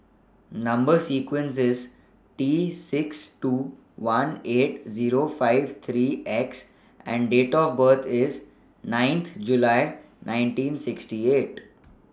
Number sequence IS T six two one eight Zero five three X and Date of birth IS ninth July nineteen sixty eight